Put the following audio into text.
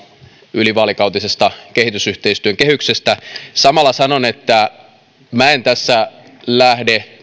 ylivaalikautisesta kehitysyhteistyön kehyksestä samalla sanon että minä en tässä lähde